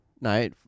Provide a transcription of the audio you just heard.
No